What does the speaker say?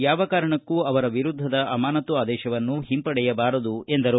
ಯಾವ ಕಾರಣಕ್ಕೂ ಅವರ ವಿರುದ್ದದ ಅಮಾನತು ಆದೇಶವನ್ನು ಹಿಂಪಡೆಯಬಾರದು ಎಂದರು